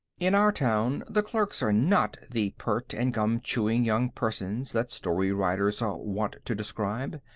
in our town the clerks are not the pert and gum-chewing young persons that story-writers are wont to describe.